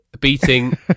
beating